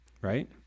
Right